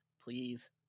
please